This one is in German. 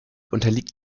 unterliegt